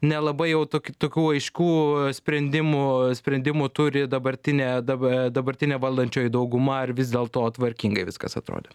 nelabai jau tok tokių aiškų sprendimų sprendimų turi dabartinė daba dabartinė valdančioji dauguma ar vis dėlto tvarkingai viskas atrodė